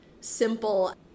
simple